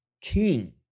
king